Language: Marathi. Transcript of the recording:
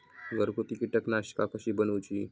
घरगुती कीटकनाशका कशी बनवूची?